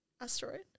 Asteroid